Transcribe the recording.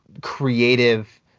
creative